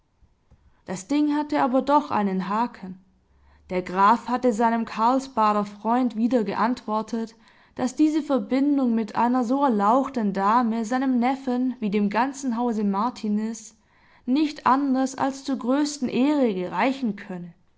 das ding hatte aber doch einen haken der graf hatte seinem karlsbader freund wieder geantwortet daß diese verbindung mit einer so erlauchten dame seinem neffen wie dem ganzen hause martiniz nicht anders als zur größten ehre gereichen könne